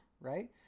right